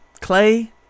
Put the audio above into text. Clay